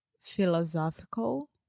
philosophical